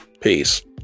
Peace